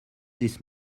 this